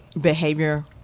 behavior